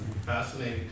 Fascinating